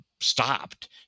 stopped